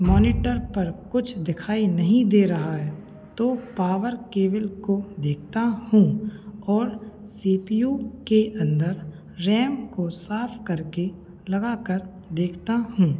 monitor पर कुछ दिखाई नहीं दे रहा है तो पावर केवल को देखता हूँ और सी पी यू के अंदर रैम को साफ करके लगाकर देखता हूँ